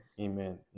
Amen